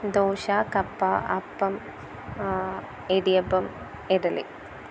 dosa kappa appam idiyappam idli